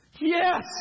Yes